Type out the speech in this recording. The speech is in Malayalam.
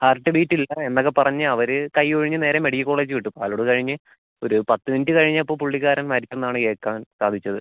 ഹാർട്ട് ബീറ്റ് ഇല്ല എന്നൊക്കെ പറഞ്ഞ് അവർ കയ്യൊഴിഞ്ഞ് നേരെ മെഡിക്കൽ കോളേജ് വിട്ടു പാലോട് കഴിഞ്ഞ് ഒരു പത്ത് മിനിറ്റ് കഴിഞ്ഞപ്പോൾ പുള്ളിക്കാരൻ മരിച്ചെന്നാണ് കേൾക്കാൻ സാധിച്ചത്